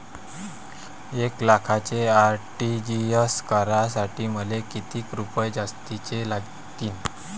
एक लाखाचे आर.टी.जी.एस करासाठी मले कितीक रुपये जास्तीचे लागतीनं?